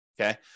okay